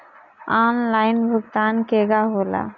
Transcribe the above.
Online भुगतान केगा होला?